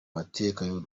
mateka